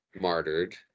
martyred